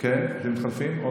מתחלפים.